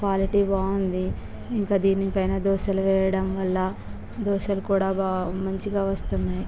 quality బాగుంది ఇంకా దీనిపైన దోసలు వేయడం వల్ల బాగా దోసలు కూడా మంచిగా వస్తున్నాయి